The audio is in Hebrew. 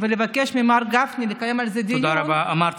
אני אשתדל,